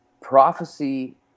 Prophecy